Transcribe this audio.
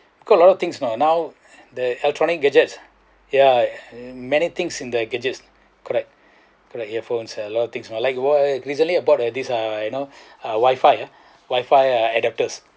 because a lot of things you know now the electronic gadget ya many things in the gadget correct correct earphones a lot of things I like what recently I bought uh this uh you know uh wifi ah wifi adaptors